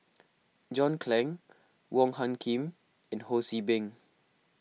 John Clang Wong Hung Khim and Ho See Beng